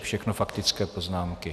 Všechno faktické poznámky.